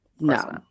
No